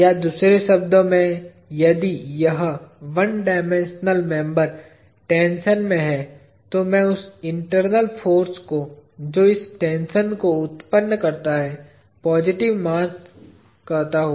या दूसरे शब्दों में यदि यह 1 डायमेंशनल मेंबर टेंशन में है तो मैं उस इंटरनल फाॅर्स को जो इस टेंशन को उत्पन्न करता है पॉजिटिव मान कहता हू